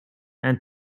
and